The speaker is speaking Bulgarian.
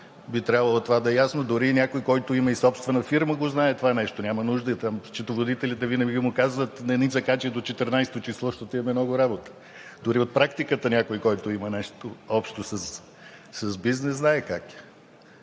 би трябвало да е ясно. Дори някой, който има собствена фирма, знае това нещо. Счетоводителите винаги му казват: не ни закачай до 14-о число, защото имаме много работа. Дори от практиката някой, който има нещо общо с бизнес, знае как